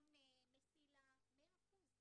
במעון 'מסילה' 100%,